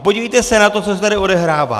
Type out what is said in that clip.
A podívejte se na to, co se tady odehrává!